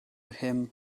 him